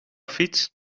fiets